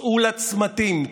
צאו לצמתים,